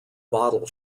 bottle